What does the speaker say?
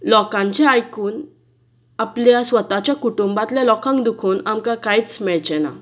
लोकांचे आयकून आपल्या स्वताच्या कुटुंबांतल्या लोकांक दुखोवन आमकां कांयच मेळचेना